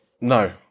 no